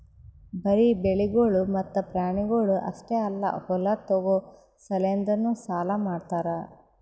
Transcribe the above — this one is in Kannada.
ಬರೀ ಬೆಳಿಗೊಳ್ ಮತ್ತ ಪ್ರಾಣಿಗೊಳ್ ಅಷ್ಟೆ ಅಲ್ಲಾ ಹೊಲ ತೋಗೋ ಸಲೆಂದನು ಸಾಲ ಮಾಡ್ತಾರ್